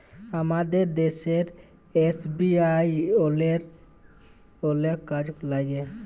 আমাদের দ্যাশের এস.বি.আই অলেক কাজে ল্যাইগে